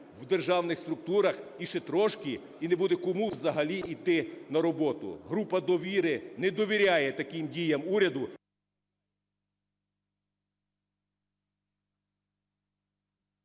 в державних структурах, і ще трошки - і не буде кому взагалі йти на роботу. Група "Довіра" не довіряє таким діям уряду...